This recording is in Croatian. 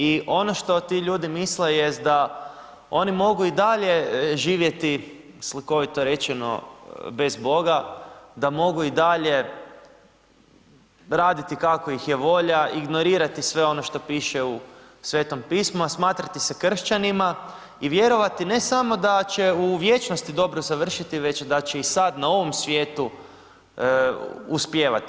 I ono što ti ljudi misle jest da oni mogu i dalje živjeti, slikovito rečeno bez Boga, da mogu i dalje raditi kako ih je volja, ignorirati sve ono što piše u Svetom Pismu a smatrati se kršćanima i vjerovati ne samo da će u vječnosti dobro završiti već da će i sad na ovom svijetu uspijevati.